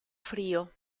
frío